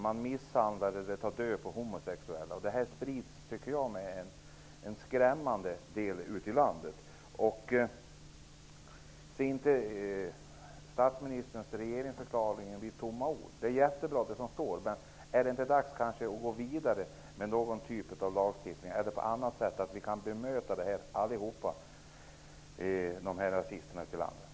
Man misshandlar eller tar död på homosexuella. Detta sprids på ett skrämmande sätt i landet. Vi måste se till att statsministerns ord i regeringsförklaring inte blir tomma ord. Det är mycket bra det som står. Men är det kanske inte dags att gå vidare med någon typ av lagstiftning, eller att vi allihop på något annat sätt kan möta rasisterna ute i landet?